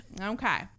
Okay